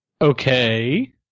Okay